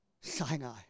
Sinai